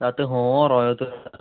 आतां खंय व्हरो येवं तें सांग